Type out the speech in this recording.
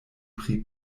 pri